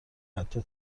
حتی